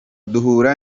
duhura